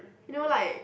you know like